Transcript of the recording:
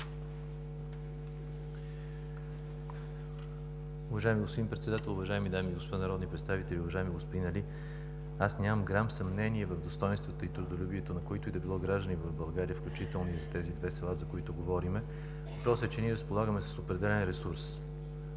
Уважаеми господин Председател, уважаеми дами и господа народни представители! Уважаеми господин Али, аз нямам грам съмнение в достойнствата и трудолюбието на които и да било граждани в България, включително и за тези две села, за които говорим. Въпросът е, че ние разполагаме с определен ресурс.